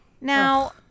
Now